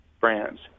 brands